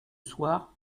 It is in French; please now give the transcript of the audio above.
soir